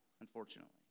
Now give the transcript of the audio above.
unfortunately